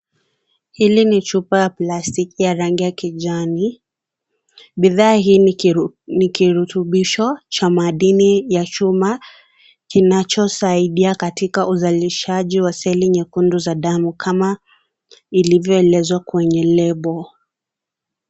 Hili ni chupa ya plastiki ya rangi ya kijani, Bidhaa hii ni kirutubisho cha madini ya chuma kinachomsaidia katika uzalishaji wa seli nyekundu za damu kama, ilivyoelezwa kwenye lebo.